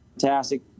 fantastic